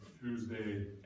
Tuesday